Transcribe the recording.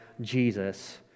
Jesus